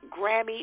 Grammy